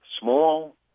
small